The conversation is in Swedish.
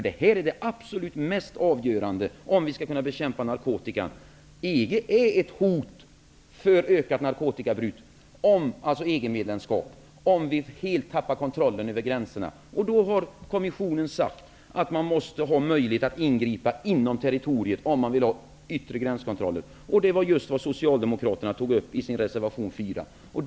Det här är det absolut mest avgörande om vi skall kunna bekämpa narkotikan. EG-medlemskap utgör ett hot när det gäller ökat narkotikabruk, om vi helt tappar kontrollen över gränserna. EG-kommissionen har sagt att man måste ha möjlighet att ingripa inom territoriet om man vill ha yttre gränskontroller. Det var just vad Socialdemokraterna tog upp i sin reservation 4.